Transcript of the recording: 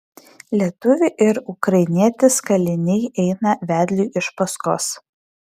lietuviai ir ukrainietis kaliniai eina vedliui iš paskos